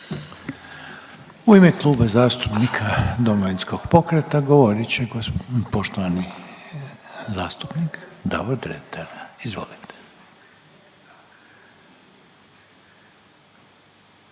U ime Kluba zastupnika Domovinskog pokreta, govorit će poštovani zastupnik Davor Dretar. Izvolite.